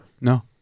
No